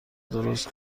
درست